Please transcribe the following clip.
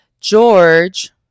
George